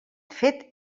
fet